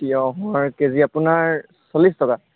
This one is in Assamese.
তিয়ঁহৰ কেজী আপোনাৰ চল্লিছ টকা